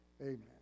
amen